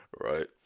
right